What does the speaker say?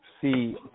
see